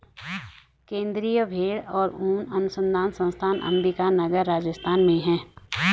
केन्द्रीय भेंड़ और ऊन अनुसंधान संस्थान अम्बिका नगर, राजस्थान में है